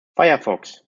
firefox